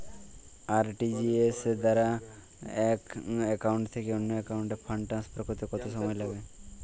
RTGS দ্বারা এক account থেকে অন্য একাউন্টে ফান্ড ট্রান্সফার করতে কত সময় লাগে?